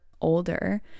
older